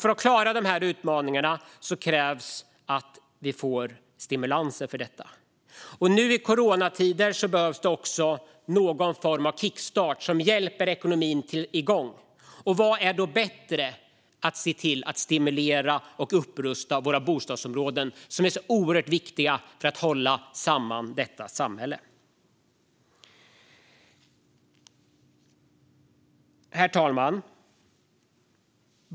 För att klara dessa utmaningar krävs stimulanser. Nu i coronatider behövs också någon form av kickstart för att få igång ekonomin. Vad kan då vara bättre än att stimulera en upprustning av dessa bostadsområden? De är ju så viktiga för att hålla samman vårt samhälle. Herr talman!